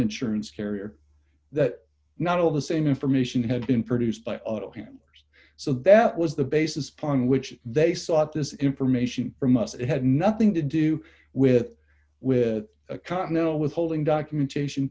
insurance carrier that not all of the same information had been produced by him so that was the basis upon which they sought this information from us it had nothing to do with with continental withholding documentation